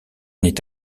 n’est